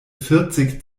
vierzig